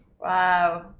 Wow